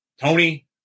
Tony